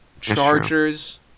Chargers